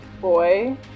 boy